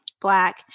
black